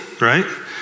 right